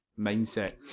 mindset